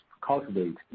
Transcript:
cultivate